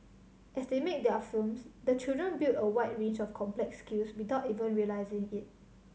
as they make their films the children build a wide range of complex skills without even realising it